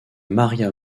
maria